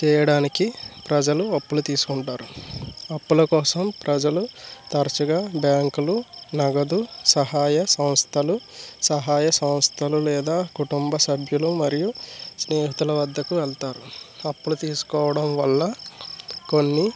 చేయడానికి ప్రజలు అప్పులు తీసుకుంటారు అప్పుల కోసం ప్రజలు తరచుగా బ్యాంక్లు నగదు సహాయ సంస్థలు సహాయ సంస్థలు లేదా కుటుంబ సభ్యులు మరియు స్నేహితుల వద్దకు వెళ్తారు అప్పులు తీసుకోవడం వల్ల కొన్ని